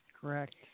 correct